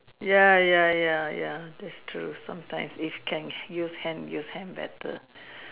ya ya ya ya that's true sometimes if can use hand use hand better